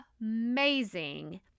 amazing